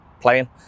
playing